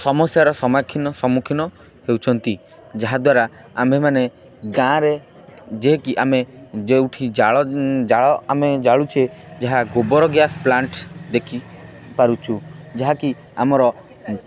ସମସ୍ୟାର ସମାଖୀନ ସମ୍ମୁଖୀନ ହେଉଛନ୍ତି ଯାହାଦ୍ୱାରା ଆମ୍ଭେମାନେ ଗାଁରେ ଯାହାକି ଆମେ ଯେଉଁଠି ଜାଳ ଆମେ ଜାଳୁଛେ ଯାହା ଗୋବର ଗ୍ୟାସ୍ ପ୍ଲାଣ୍ଟ୍ ଦେଖି ପାରୁଛୁ ଯାହାକି ଆମର